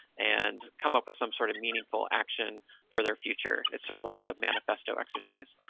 and come up with some sort of meaningful action for their future. it's sort of like a manifesto exercise.